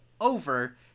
over